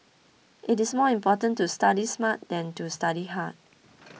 it is more important to study smart than to study hard